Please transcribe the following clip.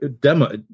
demo